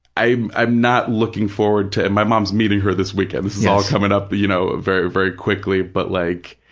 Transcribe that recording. i'm i'm not looking forward to, and my mom's meeting her this weekend. this is all coming up, you know, ah very, very quickly, but like,